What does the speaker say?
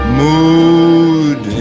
mood